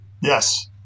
yes